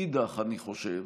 אני חושב,